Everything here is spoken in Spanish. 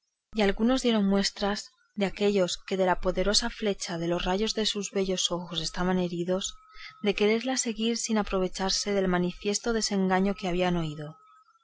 y algunos dieron muestras de aquellos que de la poderosa flecha de los rayos de sus bellos ojos estaban heridos de quererla seguir sin aprovecharse del manifiesto desengaño que habían oído